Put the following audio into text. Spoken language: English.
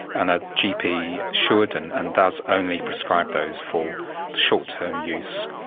and a gp should and and does only prescribe those for short term use.